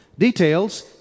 Details